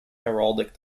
heraldic